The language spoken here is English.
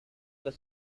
the